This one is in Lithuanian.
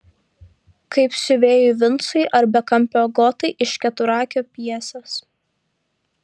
kaip siuvėjui vincui ar bekampio agotai iš keturakio pjesės